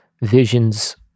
Visions